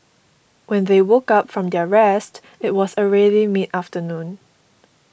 when they woke up from their rest it was already mid afternoon